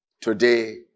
today